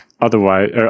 Otherwise